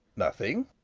nothing!